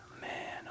man